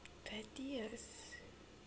pettiest